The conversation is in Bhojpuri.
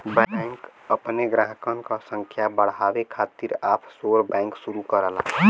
बैंक अपने ग्राहकन क संख्या बढ़ावे खातिर ऑफशोर बैंक शुरू करला